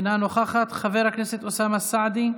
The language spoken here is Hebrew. אינה נוכחת, חבר הכנסת אוסאמה סעדי,